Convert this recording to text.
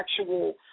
actual